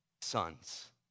sons